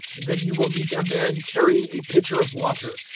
than you will meet a man carrying a pitcher of water.